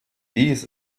dies